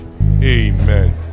Amen